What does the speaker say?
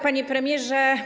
Panie Premierze!